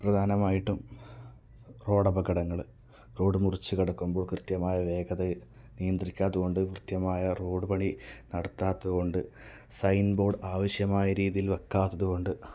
പ്രധാനമായിട്ടും റോഡ് അപകടങ്ങള് റോഡ് മുറിച്ച് കടക്കുമ്പോൾ കൃത്യമായ വേഗത നിയന്ത്രിക്കാത്തതുകൊണ്ട് കൃത്യമായ റോഡുപണി നടത്താത്തതുകൊണ്ട് സൈൻ ബോർഡ് ആവശ്യമായ രീതിയിൽ വയ്ക്കാത്തതുകൊണ്ട്